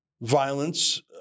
violence